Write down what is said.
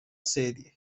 serie